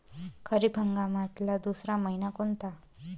खरीप हंगामातला दुसरा मइना कोनता?